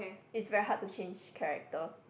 is very hard to change character